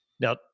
Now